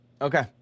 Okay